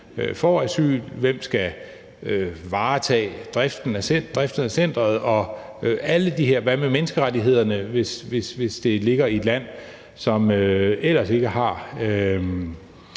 Hvem skal varetage driften af centeret og alt det? Hvad med menneskerettighederne, hvis det ligger i et land, hvor man ellers ikke sådan